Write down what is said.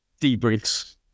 debriefs